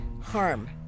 harm